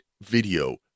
video